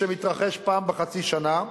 שמתרחש פעם בחצי שנה,